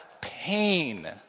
pain